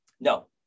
No